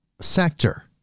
sector